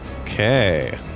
Okay